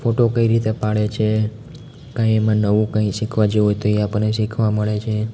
photo કઈ રીતે પાડે છે કંઈ એમાં નવું કંઈ શીખવા જેવું હોય તો એ આપને શીખવા મળે છે